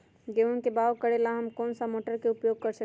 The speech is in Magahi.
गेंहू के बाओ करेला हम कौन सा मोटर उपयोग कर सकींले?